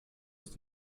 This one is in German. ist